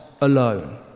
alone